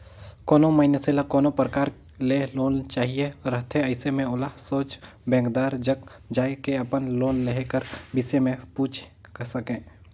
कोनो मइनसे ल कोनो परकार ले लोन चाहिए रहथे अइसे में ओला सोझ बेंकदार जग जाए के अपन लोन लेहे कर बिसे में पूइछ सके